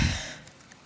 זו